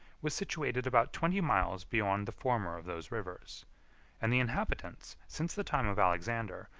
was situated about twenty miles beyond the former of those rivers and the inhabitants, since the time of alexander,